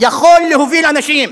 יכול להוביל אנשים?